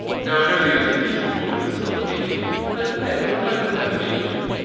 now i know the only decent port of this is on gamecube, but hey, what if i didn't have a gamecube?